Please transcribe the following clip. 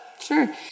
Sure